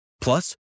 Plus